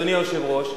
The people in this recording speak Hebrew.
אדוני היושב-ראש,